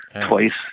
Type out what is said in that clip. twice